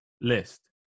list